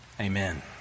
Amen